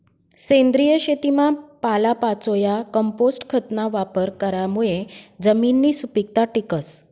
सेंद्रिय शेतीमा पालापाचोया, कंपोस्ट खतना वापर करामुये जमिननी सुपीकता टिकस